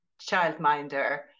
childminder